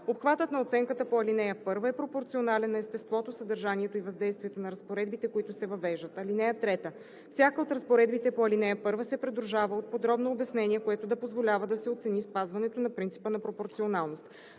Обхватът на оценката по ал. 1 е пропорционален на естеството, съдържанието и въздействието на разпоредбите, които се въвеждат. (3) Всяка от разпоредбите по ал. 1 се придружава от подробно обяснение, което да позволява да се оцени спазването на принципа на пропорционалност.